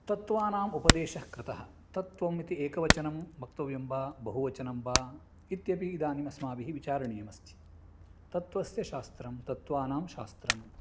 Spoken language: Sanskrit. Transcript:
तत्त्वानाम् उपदेशः कृतः तत् त्वम् इति एकवचनं वक्तव्यं वा बहुवचनं वा इत्यपि इदानीम् अस्माभिः विचारणीयमस्ति तत्त्वस्य शास्त्रं तत्त्वानां शास्त्रं